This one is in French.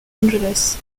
angeles